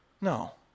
No